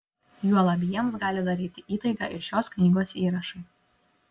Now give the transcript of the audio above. juolab jiems gali daryti įtaigą ir šios knygos įrašai